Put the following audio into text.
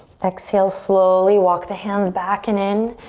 exhale, slowly walk the hands back and in,